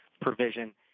provision